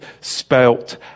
spelt